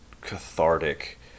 cathartic